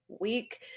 week